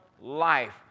life